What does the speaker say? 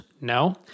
No